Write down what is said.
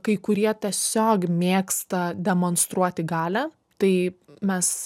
kai kurie tiesiog mėgsta demonstruoti galią tai mes